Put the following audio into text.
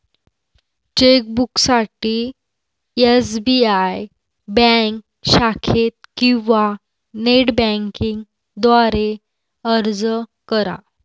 चेकबुकसाठी SBI bank शाखेत किंवा नेट बँकिंग द्वारे अर्ज करा